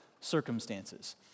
circumstances